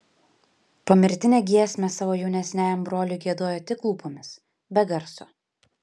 pomirtinę giesmę savo jaunesniajam broliui giedojo tik lūpomis be garso